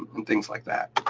and things like that.